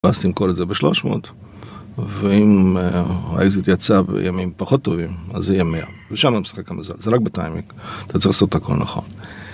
ואז תמכור את זה בשלוש מאות, ואם האקזיט יצא בימים פחות טובים, אז זה יהיה מאה. ושם המשחק המזל. זה רק בטיימינג. אתה צריך לעשות את הכל נכון.